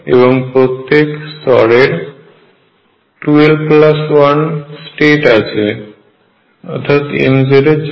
এবং প্রত্যেক স্তরের 2l1 জন্য স্টেট আছে mz এর জন্য